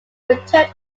returned